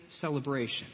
celebration